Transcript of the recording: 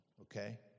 okay